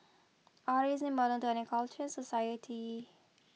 art is important to any culture society